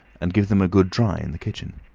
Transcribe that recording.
and give them a good dry in the kitchen?